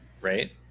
right